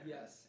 Yes